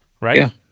Right